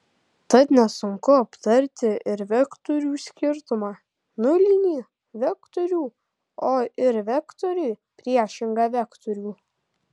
tad nesunku aptarti ir vektorių skirtumą nulinį vektorių o ir vektoriui priešingą vektorių